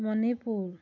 Manipur